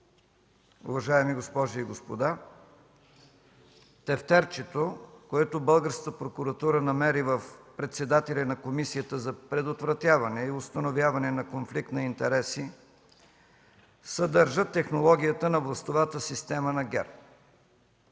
Уважаеми госпожи и господа, тефтерчето, което българската прокуратура намери в председателя на Комисията за предотвратяване и установяване на конфликт на интереси, съдържа технологията на властовата система на ГЕРБ.